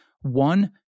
one